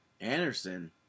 Anderson